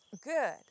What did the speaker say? good